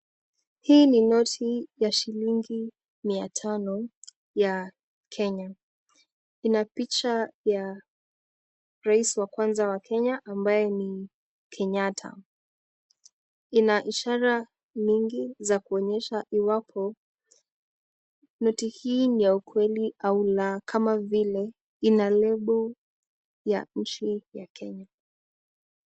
Hii ni noti ya shilingi mia tano ya Kenya. Ina picha ya rais wa kwanza wa Kenya ambaye ni Kenyatta. Ina ishara nyingi za kuonyesha iwapo noti hii ni ya ukweli au la, kama vile ina lebo ya nchi ya Kenya.